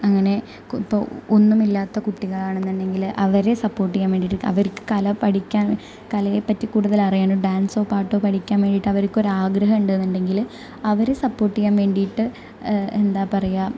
അങ്ങനെ ഇപ്പോൾ ഒന്നുമില്ലാത്ത കുട്ടികളാണെന്നുണ്ടെങ്കില് അവരെ സപ്പോർട്ട് ചെയ്യാൻ വേണ്ടിയിട്ട് അവർക്ക് കല പഠിക്കാൻ കലയെ പറ്റി കൂടുതൽ അറിയാനും ഡാൻസോ പാട്ടോ പഠിക്കാൻ വേണ്ടിയിട്ട് അവർക്ക് ഒരു ആഗ്രഹമുണ്ടെന്നുണ്ടെങ്കില് അവരെ സപ്പോർട്ട് ചെയ്യാൻ വേണ്ടിയിട്ട് എന്താ പറയുക